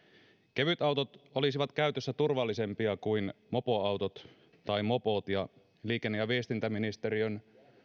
kevytautot olisivat käytössä turvallisempia kuin mopoautot tai mopot ja liikenne ja viestintäministeriön